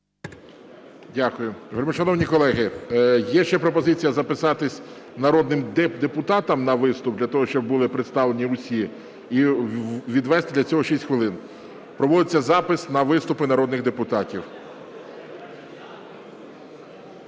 Дякую. Вельмишановні колеги, є ще пропозиція записатись народним депутатам на виступ, для того щоб були представлені усі, і відвести для цього 6 хвилин. Проводиться запис на виступи народних депутатів.